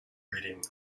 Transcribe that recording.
reading